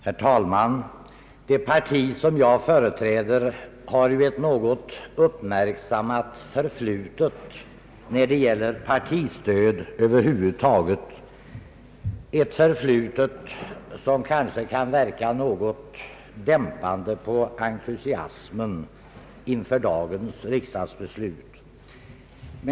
Herr talman! Det parti som jag företräder har ju ett något uppmärksammat förflutet när det gäller partistöd över huvud taget, ett förflutet som kanske kan verka något dämpande på entusiasmen inför dagens riksdagsbeslut.